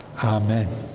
Amen